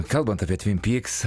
kalbant apie tvin pyks